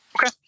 okay